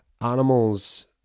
animals